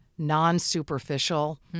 non-superficial